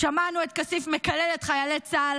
שמענו את כסיף מקלל את חיילי צה"ל